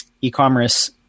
e-commerce